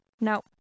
No